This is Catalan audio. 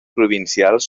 provincials